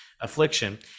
Affliction